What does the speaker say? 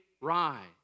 rise